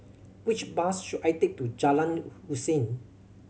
which bus should I take to Jalan Hussein